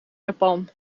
japan